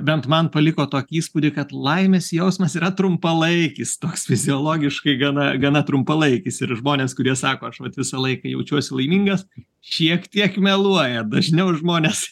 bent man paliko tokį įspūdį kad laimės jausmas yra trumpalaikis toks fiziologiškai gana gana trumpalaikis ir žmonės kurie sako aš vat visą laiką jaučiuosi laimingas šiek tiek meluoja dažniau žmonės